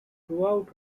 throughout